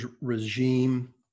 regime –